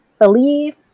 believe